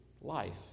life